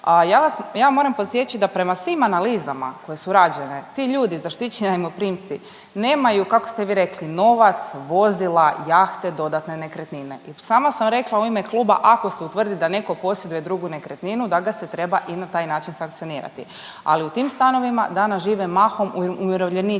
ja vam moram podsjeći da prema svim analizama koje su rađene, ti ljudi zaštićeni najmoprimci nemaju kako ste vi rekli novac, vozila, jahte, dodatne nekretnine. I sama sam rekla u ime kluba ako se utvrdi da neko posjeduje drugu nekretninu da ga se treba i na taj način sankcionirati, ali u tim stanovima danas žive mahom umirovljenici,